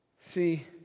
see